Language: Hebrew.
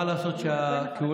מה לעשות שהכהונה